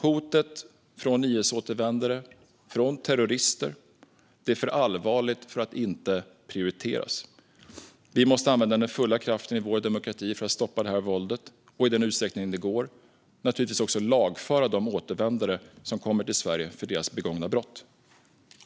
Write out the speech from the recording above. Hotet från IS-återvändare - terrorister - är för allvarligt för att inte prioriteras. Vi måste använda den fulla kraften i vår demokrati för att stoppa våldet och - i den utsträckning det går - naturligtvis också för att lagföra de återvändare som kommer till Sverige för deras begångna brott.